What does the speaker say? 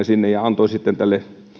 sinne tieoikeuden ja antoi sitten tälle